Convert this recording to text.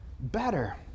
better